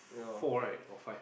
four right or five